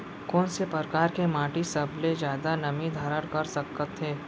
कोन से परकार के माटी सबले जादा नमी धारण कर सकत हे?